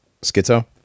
schizo